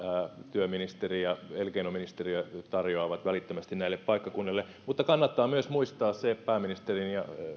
työministeri ja elinkeinoministeriö tarjoavat muutosturvaa välittömästi näille paikkakunnille mutta kannattaa myös muistaa pääministerin